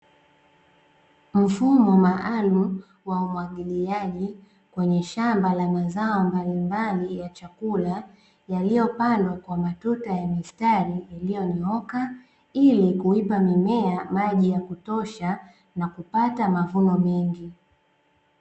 Mfumo maalumu wa umwagiliaji kwenye shamba la mazao mbalimbali ya chakula, yaliyopandwa kwa matuta ya mistari iliyonyooka, ili kuipa mimea maji ya kutosha, na kupata mavuno mengi.